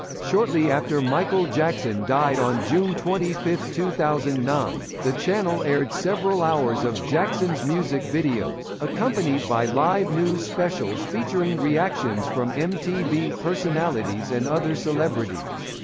shortly after michael jackson died on june twenty five two thousand and nine, the channel aired several hours of jackson's music videos, accompanied by live news specials featuring reactions from mtv personalities and other celebrities.